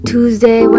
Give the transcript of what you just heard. Tuesday